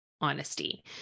honesty